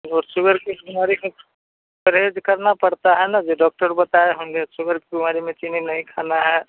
और शुगर की बीमारी में परहेज़ करना पड़ता है ना जो डाॅक्टर बताए होंगे शुगर की बीमारी में चीनी नहीं खाना है